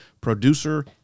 producer